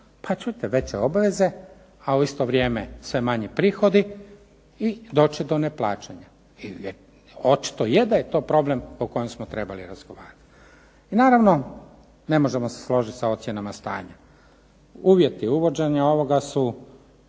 Pa čujte veće obveze, a u isto vrijeme sve manji prihodi, i doći će do neplaćanja, očito je da je to problem o kojem smo trebali razgovarati. I naravno ne možemo se složiti sa ocjenama stanja, uvjeti uvođenja ovoga su